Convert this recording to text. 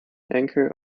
anchor